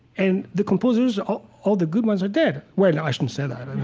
and the composers, all all the good ones are dead. well, i shouldn't say that and